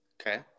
Okay